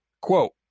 quote